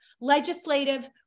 legislative